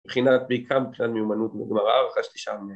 מבחינת בעיקר מבחינת מיומנות מוגמרה וחשתי שם